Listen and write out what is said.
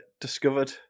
discovered